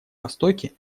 востоке